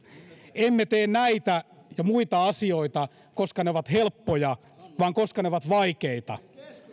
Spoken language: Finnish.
emme tee näitä ja muita asioita koska ne ovat helppoja vaan koska ne ovat vaikeita